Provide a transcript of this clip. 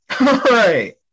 Right